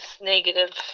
negative